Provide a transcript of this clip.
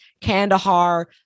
Kandahar